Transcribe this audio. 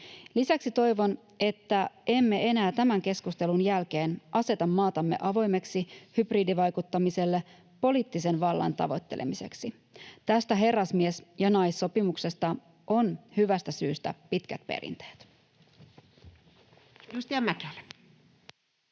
Lisäksi toivon, että emme enää tämän keskustelun jälkeen aseta maatamme avoimeksi hybridivaikuttamiselle poliittisen vallan tavoittelemiseksi. Tästä herrasmies‑ ja -naissopimuksesta on hyvästä syystä pitkät perinteet.